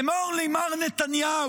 אמור לי, מר נתניהו,